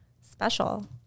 special